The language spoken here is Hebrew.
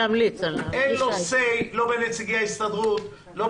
אין לו say לא לגבי נציגי ההסתדרות וגם